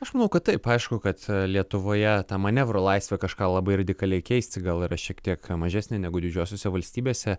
aš manau kad taip aišku kad lietuvoje ta manevro laisvė kažką labai radikaliai keisti gal yra šiek tiek mažesnė negu didžiosiose valstybėse